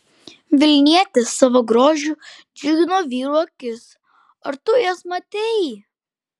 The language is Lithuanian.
vilnietės savo grožiu džiugino vyrų akis ar tu jas matei